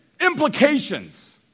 Implications